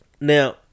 Now